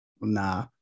Nah